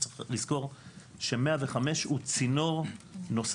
אבל צריך לזכור ש-105 הוא צינור נוסף,